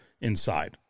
inside